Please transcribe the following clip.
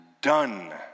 done